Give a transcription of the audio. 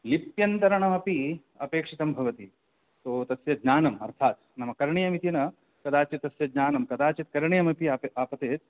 लिप्यन्तरणमपि अपेक्षितं भवति सो तस्य ज्ञानम् अर्थात् नाम करणीयमिति न कदाचित् तस्य ज्ञानं कदाचित् करणीमपि आपतेत्